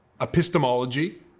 epistemology